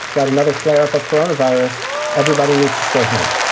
got another flare up of coronavirus. everybody needs to stay home.